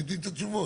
תתני את התשובות.